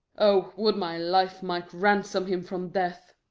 o, would my life might ransom him from death!